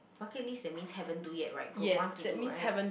bucket list that means haven't do yet right go want to do right